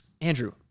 Andrew